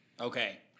Okay